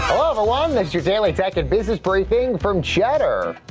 one that your daily tech and business briefing from cheddar.